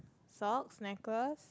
socks necklace